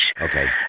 Okay